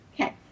Okay